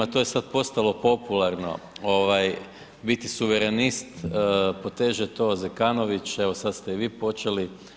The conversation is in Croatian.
To je sada postalo popularno biti suverenist poteže to Zekanović, evo sada ste i vi počeli.